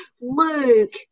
Luke